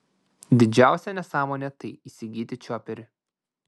didžiausia nesąmonė tai įsigyti čioperį